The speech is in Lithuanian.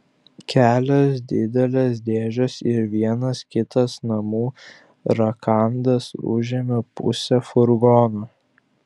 kelios didelės dėžės ir vienas kitas namų rakandas užėmė pusę furgono